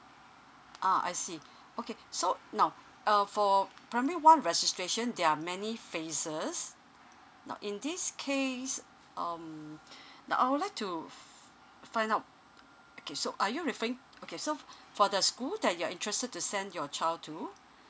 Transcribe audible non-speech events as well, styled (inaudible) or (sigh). ah I see okay so now uh for primary one registration there are many phases now in this case um (breath) now I would like to f~ find out okay so are you referring okay so f~ (breath) for the school that you are interested to send your child to